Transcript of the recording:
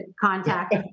contact